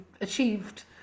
achieved